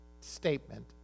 statement